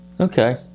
Okay